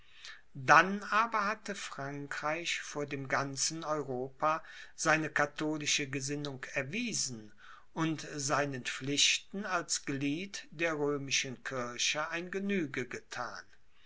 dann aber hatte frankreich vor dem ganzen europa seine katholische gesinnung erwiesen und seinen pflichten als glied der römischen kirche ein genüge gethan